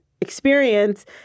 experience